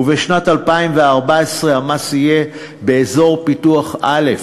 ובשנת 2014 המס יהיה באזור פיתוח א',